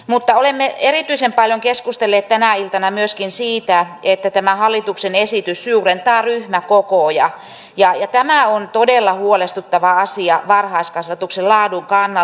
mutta olemme erityisen paljon keskustelleet tänä iltana myöskin siitä että tämä hallituksen esitys suurentaa ryhmäkokoja ja tämä on todella huolestuttava asia varhaiskasvatuksen laadun kannalta